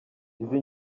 izi